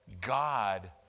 God